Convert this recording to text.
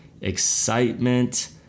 excitement